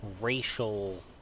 racial